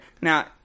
now